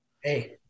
Hey